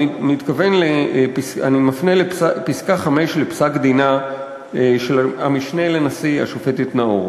אני מפנה לפסקה 5 בפסק-דינה של המשנה לנשיא השופטת נאור,